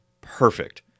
perfect